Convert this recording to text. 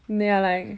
ya like